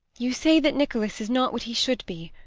you say that nicholas is not what he should be,